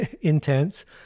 intense